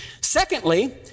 Secondly